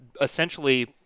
essentially—